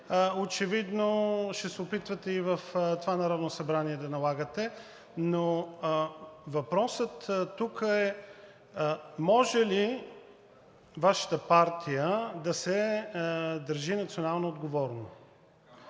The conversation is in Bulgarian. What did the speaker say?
очевидно ще се опитвате и в това Народното събрание да налагате. Въпросът тук е: може ли Вашата партия да се държи националноотговорно?